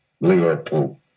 Liverpool